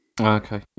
Okay